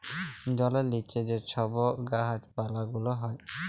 জলের লিচে যে ছব গাহাচ পালা গুলা হ্যয়